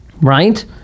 Right